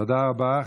תודה רבה.